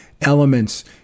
elements